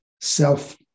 self